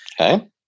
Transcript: Okay